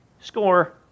Score